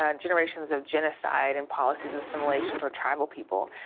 um generations of genocide, and policies of assimilation toward tribal people.